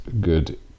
good